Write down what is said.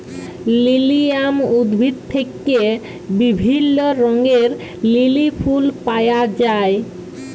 lilium উদ্ভিদ থেক্যে বিভিল্য রঙের লিলি ফুল পায়া যায়